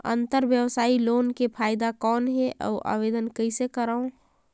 अंतरव्यवसायी लोन के फाइदा कौन हे? अउ आवेदन कइसे करव?